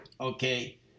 okay